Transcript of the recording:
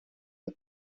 the